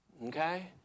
Okay